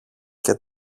και